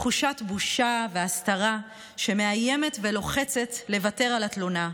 תחושת בושה והסתרה שמאיימת ולוחצת לוותר על התלונה.